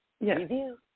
review